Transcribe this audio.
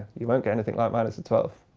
you won't get anything like one twelve.